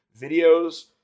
videos